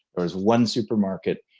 there was one supermarket,